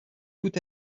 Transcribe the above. tout